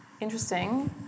interesting